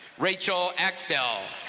rachel axtell.